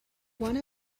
one